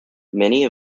many